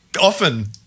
often